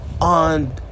on